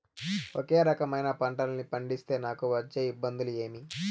ఒకే రకమైన పంటలని పండిస్తే నాకు వచ్చే ఇబ్బందులు ఏమి?